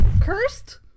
Cursed